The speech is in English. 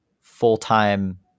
full-time